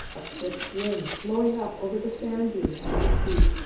a crisp wind blowing up over the sand dunes from the sea